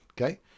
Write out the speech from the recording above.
Okay